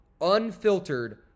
unfiltered